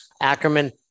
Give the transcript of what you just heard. Ackerman